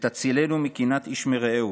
"ותצילנו מקנאת איש מרעהו